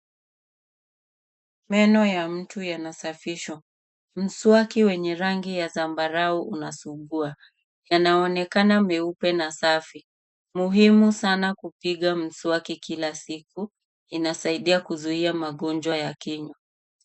Meno ya mtu yanasafishwa. Mswaki wenye rangi ya zambarau unasugua. Yanaonekana meupe na safi, muhimu sana kupiga mswaki kila siku. Inasaidia kuzuia magonjwa ya kinywa.